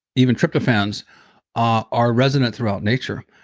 even tryptophans ah are resonant throughout nature.